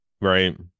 Right